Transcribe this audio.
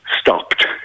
stopped